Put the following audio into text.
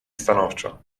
stanowczo